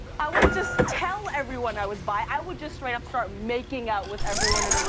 i wouldn't just tell everyone i was bi, i would just straight up start making out with everyone